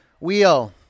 Wheel